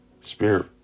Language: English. Spirit